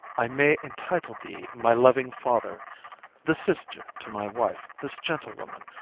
i may entitle thee my loving father the sister to my wife, this gentlewoman,